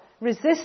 resist